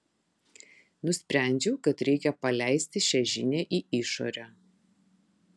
nusprendžiau kad reikia paleisti šią žinią į išorę